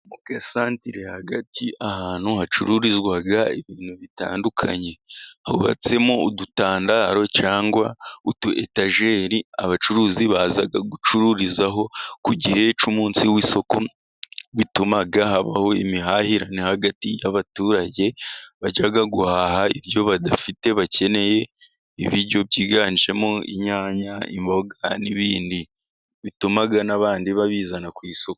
Agasantere hagati ahantu hacururizwa ibintu bitandukanye. Hubatsemo udutandaro cyangwa utu etageri abacuruzi baza gucururizaho ku gihe cy'umunsi w'isoko, bituma habaho imihahiranire hagati y'abaturage bajyaga guhaha ibyo badafite bakeneye ibiryo byiganjemo inyanya, imboga n'ibindi bituma n'abandi babizana ku isoko.